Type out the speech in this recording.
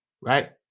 right